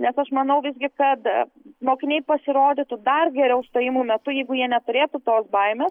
nes aš manau visgi kad mokiniai pasirodytų dar geriau stojimų metu jeigu jie neturėtų tos baimės